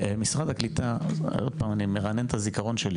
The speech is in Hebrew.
משרד הקליטה אני מרענן את הזיכרון שלי